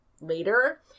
later